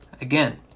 Again